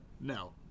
No